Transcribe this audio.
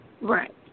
Right